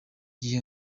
gihe